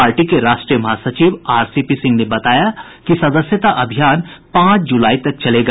party के राष्ट्रीय महासचिव आरसीपी सिंह ने बताया कि सदस्यता अभियान पांच जुलाई तक चलेगा